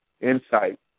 insight